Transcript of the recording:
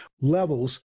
levels